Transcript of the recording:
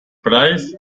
price